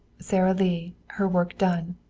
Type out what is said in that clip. sara lee, her work done,